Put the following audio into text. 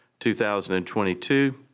2022